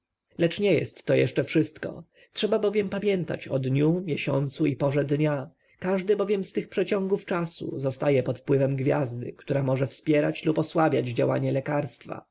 lecz nie jest to jeszcze wszystko trzeba bowiem pamiętać o dniu miesiącu i porze dnia każdy bowiem z tych okresów czasu zostaje pod wpływem gwiazdy która może wspierać lub osłabiać działanie lekarstwa